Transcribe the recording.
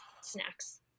snacks